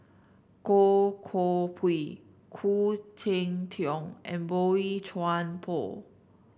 Goh Koh Pui Khoo Cheng Tiong and Boey Chuan Poh